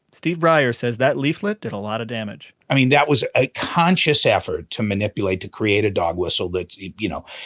steve brier says that leaflet did a lot of damage i mean, that was a conscious effort to manipulate, to create a dog whistle that you know,